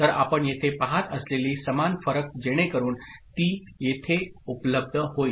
तर आपण येथे पाहत असलेली समान फरक जेणेकरून ती येथे उपलब्ध होईल